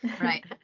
right